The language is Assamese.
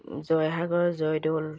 জয়সাগৰ জয়দৌল